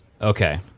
Okay